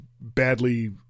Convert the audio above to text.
badly